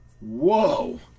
Whoa